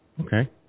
Okay